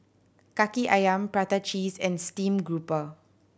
Kaki Ayam prata cheese and steamed grouper